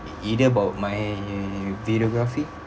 either about my videography